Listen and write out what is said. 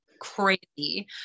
crazy